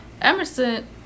Emerson